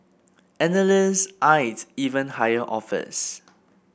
analysts eyed even higher offers